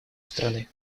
страны